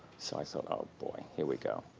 so i thought, oh, boy. here we go.